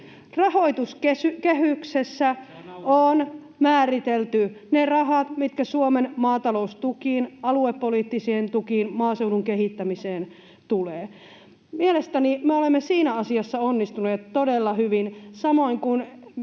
Rahoituskehyksessä on määritelty ne rahat, mitkä Suomen maataloustukiin, aluepoliittisiin tukiin, maaseudun kehittämiseen tulevat. Mielestäni me olemme siinä asiassa onnistuneet todella hyvin, samoin kuin